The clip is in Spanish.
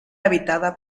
habitada